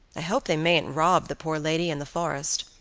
i hope they mayn't rob the poor lady in the forest.